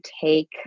take